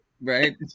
right